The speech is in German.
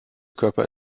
körper